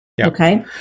Okay